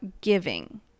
giving